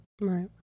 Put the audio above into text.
Right